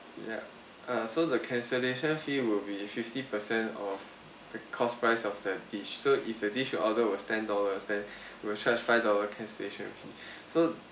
yup err so the cancellation fee will be fifty per cent of the cost price of the dish so if the dish you order was ten dollars then we'll charge five dollars cancellation fee so